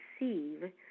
receive